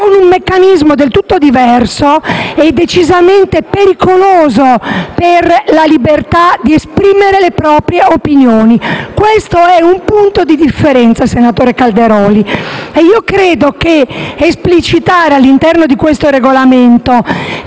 con un meccanismo del tutto diverso e decisamente pericoloso per la libertà di esprimere le proprie opinioni. Questo è un punto di differenza, senatore Calderoli. Credo che esplicitare all'interno del Regolamento